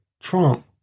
Trump